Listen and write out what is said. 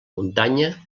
muntanya